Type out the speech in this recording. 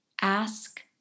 Ask